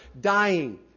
dying